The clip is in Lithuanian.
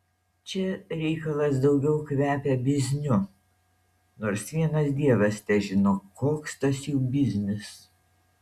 čia reikalas daugiau kvepia bizniu nors vienas dievas težino koks tas jų biznis